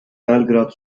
belgrad